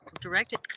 directed